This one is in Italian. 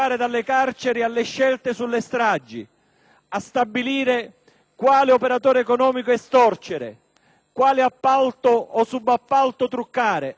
a stabilire quale operatore economico estorcere, quale appalto o subappalto truccare e - perché no - quale politico votare.